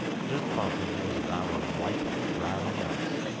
just above him was a bough of ripe, brown nuts,